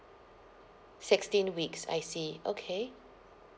sixteen weeks I see okay